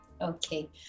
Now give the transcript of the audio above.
Okay